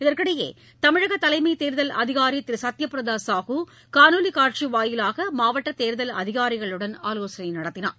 இதற்கிடையே தமிழக தலைமை தேர்தல் அதிகாரி திரு சத்யபிரதா சாஹூ காணொலி காட்சி வாயிலாக மாவட்ட தேர்தல் அதிகாரிகளுடன் ஆலோசனை நடத்தினார்